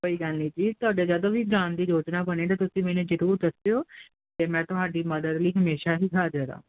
ਕੋਈ ਗੱਲ ਨਹੀਂ ਜੀ ਤੁਹਾਡੇ ਜਦੋਂ ਵੀ ਜਾਣ ਦੀ ਯੋਜਨਾ ਬਣੇ ਤਾਂ ਤੁਸੀਂ ਮੈਨੂੰ ਜਰੂਰ ਦੱਸਿਓ ਤੇ ਮੈਂ ਤੁਹਾਡੀ ਮਦਦ ਲਈ ਹਮੇਸ਼ਾ ਹੀ ਹਾਜ਼ਰ ਹਾਂ